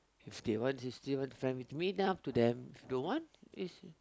if they want they still want to friend with me then up to them don't want is